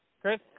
Chris